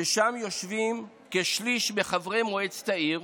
ושם יושבים כשליש מחברי מועצת העיר